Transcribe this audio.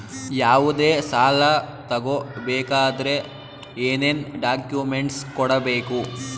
ಯಾವುದೇ ಸಾಲ ತಗೊ ಬೇಕಾದ್ರೆ ಏನೇನ್ ಡಾಕ್ಯೂಮೆಂಟ್ಸ್ ಕೊಡಬೇಕು?